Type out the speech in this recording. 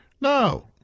No